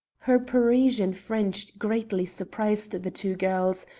her parisian french greatly surprised the two girls,